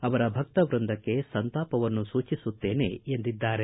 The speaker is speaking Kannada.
ಅವರ ಭಕ್ತವೃಂದಕ್ಕೆ ಸಂತಾಪವನ್ನು ಸೂಚಿಸುತ್ತೇನ ಎಂದಿದ್ದಾರೆ